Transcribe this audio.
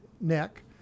neck